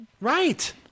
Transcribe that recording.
Right